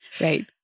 Right